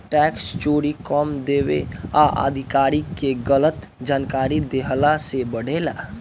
tax चोरी कम देवे आ अधिकारी के गलत जानकारी देहला से बढ़ेला